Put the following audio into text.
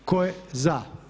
Tko je za?